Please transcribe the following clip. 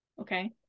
okay